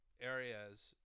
areas